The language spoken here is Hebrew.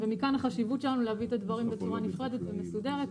ומכאן החשיבות שלנו להביא את הדברים בצורה נפרדת ומסודרת,